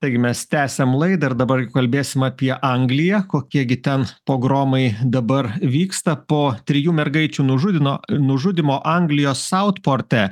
taigi mes tęsiam laidą ir dabar kalbėsim apie angliją kokie gi ten pogromai dabar vyksta po trijų mergaičių nužudyno nužudymo anglijos sautporte